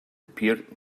appeared